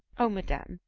o madam,